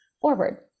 forward